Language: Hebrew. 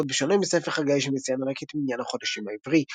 זאת בשונה מספר חגי שמציין רק את מניין החודשים העברי.